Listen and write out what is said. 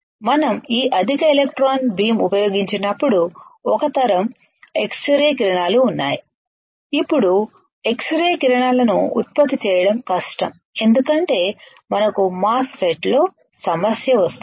మనం ఈ అధిక ఎలక్ట్రాన్ బీమ్ ఉపయోగించినప్పుడు ఒక తరం ఎక్స్రే కిరణాలు ఉన్నాయి ఇప్పుడు ఎక్స్ రే కిరణాల ని ఉత్పత్తి చేయడం కష్టం ఎందుకంటే మనకు మాస్ ఫెట్ లో సమస్య వస్తుంది